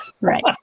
Right